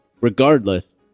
regardless